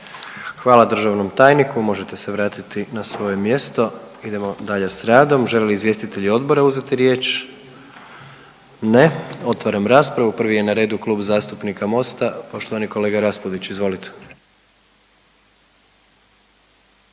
Hvala državnom tajniku, možete se vratiti na svoje mjesto. Idemo dalje s radom. Žele li izvjestitelji odbora uzeti riječ? Ne. Otvaram raspravu. Prvi je na redu Klub zastupnika MOST-a, poštovani kolega Raspudić, izvolite.